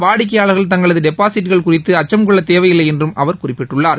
வாடிக்கையாளர்கள் தங்களது டெபாசிட்டுகள் குறித்து அச்சம் கொள்ள தேவையில்லை என்று அவர் குறிப்பிட்டுள்ளார்